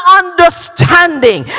understanding